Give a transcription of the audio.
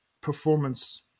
performance